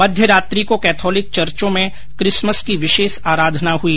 मध्यरात्रि को कैथोलिक चर्चो में किसमस की विशेष अराधना हुई